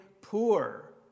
poor